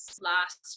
last